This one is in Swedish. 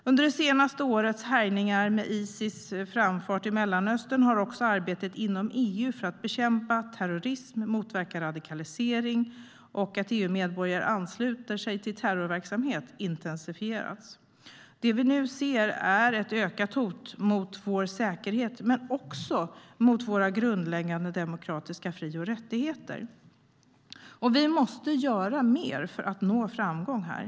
Under det senaste årets härjningar med Isis framfart i Mellanöstern har också arbetet inom EU för att bekämpa terrorism och motverka radikalisering och att EU-medborgare ansluter sig till terrorverksamhet intensifierats. Det vi nu ser är ett ökat hot mot vår säkerhet men också mot våra grundläggande demokratiska fri och rättigheter. Vi måste göra mer för att nå framgång här.